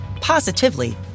positively